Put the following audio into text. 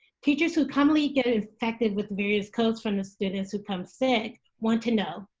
teachers who commonly get infected with various colds from the students who come sick want to know,